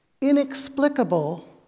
inexplicable